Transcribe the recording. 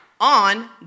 on